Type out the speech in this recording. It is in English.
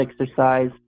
exercise